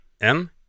en